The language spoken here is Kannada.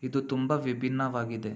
ಇದು ತುಂಬ ವಿಭಿನ್ನವಾಗಿದೆ